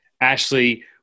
Ashley